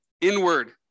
inward